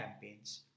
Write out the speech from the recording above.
campaigns